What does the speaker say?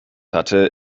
hatte